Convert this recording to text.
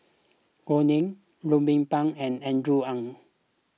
Gao Ning Ruben Pang and Andrew Ang